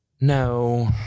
No